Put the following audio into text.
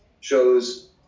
shows